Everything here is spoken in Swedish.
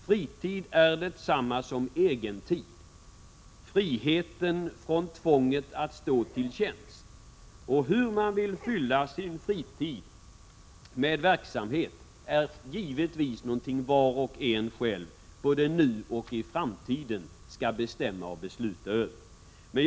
Fritid är detsamma som egen tid, friheten från tvånget att stå till tjänst, och hur man vill fylla sin fritid med verksamhet är givetvis någonting var och en själv, både nu och i framtiden, skall bestämma och besluta över.